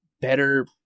better